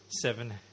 Seven